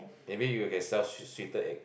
maybe you can sell sweet sweeter egg